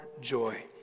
joy